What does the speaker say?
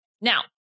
Now